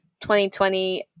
2020